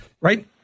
Right